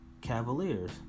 Cavaliers